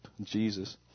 Jesus